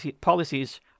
policies